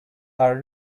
are